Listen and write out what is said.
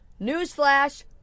newsflash